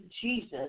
Jesus